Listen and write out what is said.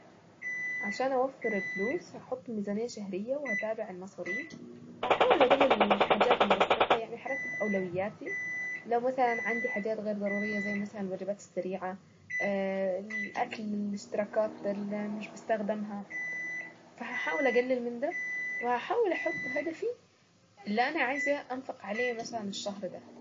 عشان أوفر الفلوس، هحط ميزانية شهرية وأتابع المصاريف، هحاول اقلل الحاجات اللي بصرفها يعني هرتب أولوياتي لو مثلا عندي حاجات غير ضرورية زي مثلا الوجبات السريعة، الأكل، الاشتراكات اللي مش بستخدمها، فهحاول اقلل من ده وأحاول احط هدفي اللي انا عايزة انفق عليه مثلا الشهر ده.